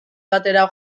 batera